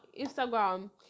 instagram